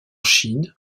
chine